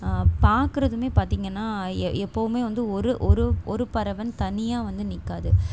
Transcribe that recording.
பார்க்குறதுமே பார்த்தீங்கன்னா எ எப்போவுமே வந்து ஒரு ஒரு ஒரு பறவைன்னு தனியாக வந்து நிற்காது